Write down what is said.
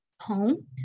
home